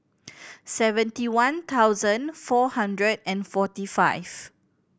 seventy one thousand four hundred and forty five